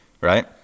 right